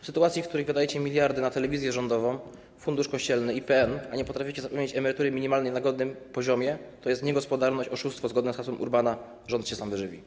W sytuacji, w której wydajecie miliardy na telewizję rządową, Fundusz Kościelny, IPN, a nie potraficie zapewnić emerytury minimalnej na godnym poziomie, to jest to niegospodarność, oszustwo, zgodnie z hasłem Urbana: rząd się sam wyżywi.